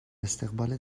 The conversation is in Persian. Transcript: استقبال